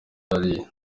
hariya